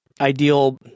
ideal